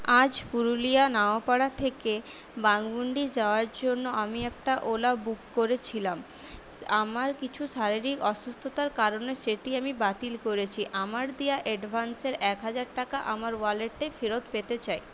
আজ পুরুলিয়া নাওয়াপাড়া থেকে বাঘমুন্ডি যাওয়ার জন্য আমি একটা ওলা বুক করেছিলাম আমার কিছু শারীরিক অসুস্থতার কারণে সেটি আমি বাতিল করেছি আমার দেওয়া অ্যাডভান্সের এক হাজার টাকা আমার ওয়ালেটে ফেরত পেতে চাই